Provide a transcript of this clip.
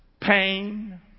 Pain